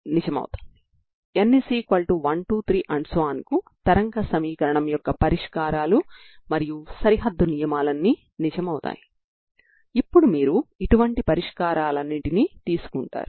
కాబట్టి దీనిని అన్ని పరిష్కారాల సూపర్ పొజిషన్ గా భావించండి మరియు ఇది సరిహద్దు నియమాన్ని సంతృప్తిపరిచే పరిష్కారమవుతుంది